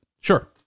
Sure